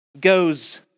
goes